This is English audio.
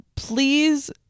please